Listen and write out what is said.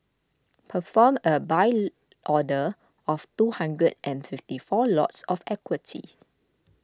perform a buy order of two hundred and fifty four lots of equity